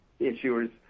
issuers